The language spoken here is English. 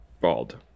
Bald